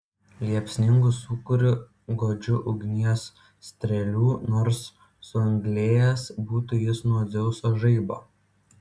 liepsningu sūkuriu godžių ugnies strėlių nors suanglėjęs būtų jis nuo dzeuso žaibo